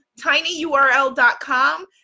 tinyurl.com